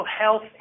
health